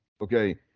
Okay